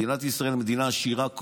מדינת ישראל היא מדינה עשירה כקורח,